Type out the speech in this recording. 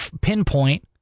pinpoint